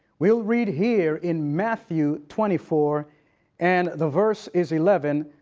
we'll read here in matthew twenty four and the verse is eleven.